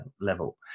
level